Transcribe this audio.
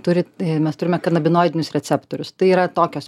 turit mes turime kanabinoidinius receptorius tai yra tokios